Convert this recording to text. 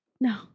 no